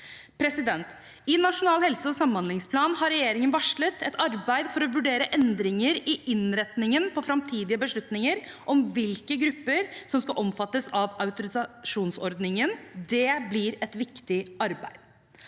egenbetaling. I Nasjonal helse- og samhandlingsplan har regjeringen varslet et arbeid for å vurdere endringer i innretningen på framtidige beslutninger om hvilke grupper som skal omfattes av autorisasjonsordningen. Det blir et viktig arbeid.